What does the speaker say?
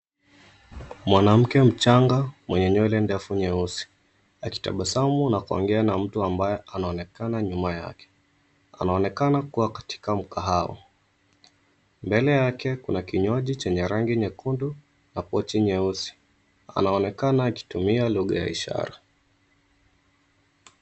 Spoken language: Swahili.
Mwanamke mchanga mwenye nywele ndefu nyeusi akitabasamu na kuongea na mtu ambaye anaonekana nyuma yake. Anaonekana kuwa katika mkahawa. Mbele yake kuna kinywaji chenye rangi nyekundu na pochi nyeusi. Anaonekana akitumia lugha ya ishara.